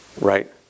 right